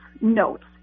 notes